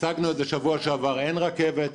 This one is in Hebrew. הצגנו את זה שבוע שעבר אין רכבת,